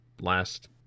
last